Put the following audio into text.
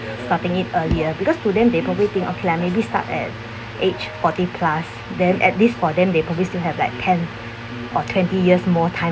starting it earlier because to them they probably think okay lah maybe start at age forty plus then at least for them they probably still have like ten or twenty years more time